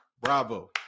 bravo